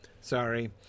Sorry